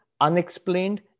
unexplained